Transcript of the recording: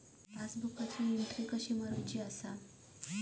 पासबुकाची एन्ट्री कशी मारुची हा?